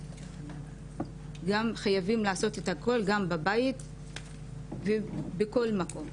גם בבית ובכל מקום.